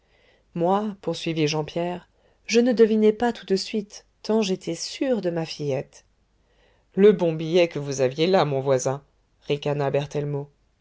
moi poursuivit jean pierre je ne devinai pas tout de suite tant j'étais sûr de ma fillette le bon billet que vous aviez là mon voisin ricana